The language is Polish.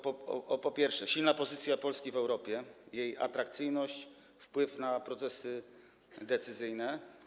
Po pierwsze, silna pozycja Polski w Europie, jej atrakcyjność, wpływ na procesy decyzyjne.